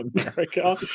America